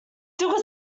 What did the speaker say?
took